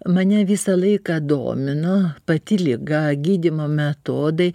mane visą laiką domino pati liga gydymo metodai